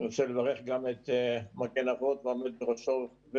אני רוצה לברך גם את "מגן אבות ואימהות" והעומד בראשו.